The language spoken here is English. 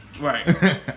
Right